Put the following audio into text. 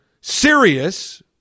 serious